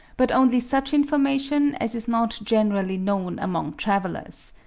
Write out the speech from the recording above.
but only such information as is not generally known among travellers.